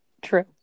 True